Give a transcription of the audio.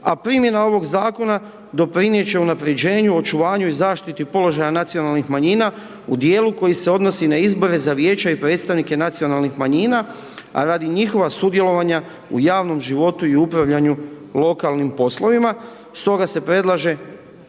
a primjena ovog zakona doprinijet će unapređenju, očuvanju i zaštiti položaja nacionalnih manjina u dijelu koji se odnosi na izbore za vijeće i predstavnike nacionalnih manjina, a radi njihova sudjelovanja u javnom životu i upravljanju lokalnim poslovima. Stoga se predlaže